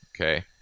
okay